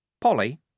Polly